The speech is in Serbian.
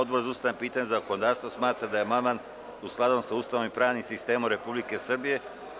Odbora za ustavna pitanja i zakonodavstvo smatra da je amandman u skladu sa Ustavom i pravnim sistemom Republike Srbije.